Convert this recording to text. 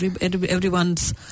Everyone's